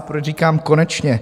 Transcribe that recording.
Proč říkám konečně?